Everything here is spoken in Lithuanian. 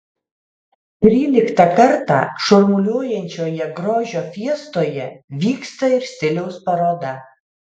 tryliktą kartą šurmuliuojančioje grožio fiestoje vyksta ir stiliaus paroda